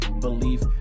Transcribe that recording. belief